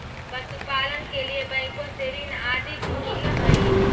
पशुपालन के लिए बैंकों से ऋण आदि भी मिलअ हई